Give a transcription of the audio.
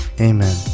amen